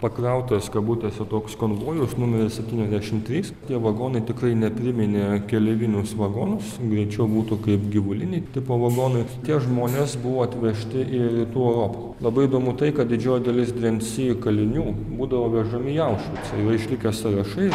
pakrautas kabutėse toks konvojus numeris septyniasdešimt trys tie vagonai tikrai nepriminė keleivinius vagonus greičiau būtų kaip gyvuliniai tipo vagonai tie žmonės buvo atvežti į rytų europą labai įdomu tai kad didžioji dalis drensi kalinių būdavo vežami į aušvicą yra išlikę sąrašai